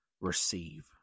Receive